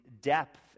depth